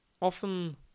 Often